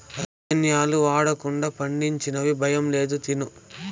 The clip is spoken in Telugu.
రసాయనాలు వాడకుండా పండించినవి భయం లేదు తిను